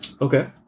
Okay